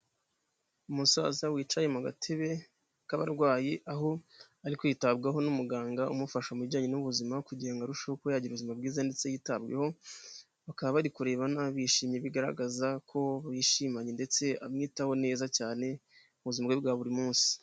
Umusaza wicaye mu gatebe k'abarwayi, aho ari kwitabwaho n'umuganga umufasha mu bijyanye n'ubuzima, kugira ngo arusheho kuba yagira ubuzima bwiza, ndetse yitabweho, bakaba bari kurebana nabishimye, bigaragaza ko bishimanye ndetse amwitaho neza cyane mu buzima bwe bwa buri munsi.